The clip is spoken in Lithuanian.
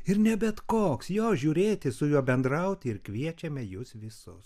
ir ne bet koks jo žiūrėti su juo bendrauti ir kviečiame jus visus